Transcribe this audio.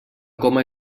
coma